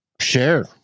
share